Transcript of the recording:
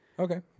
Okay